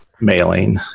mailing